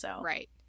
Right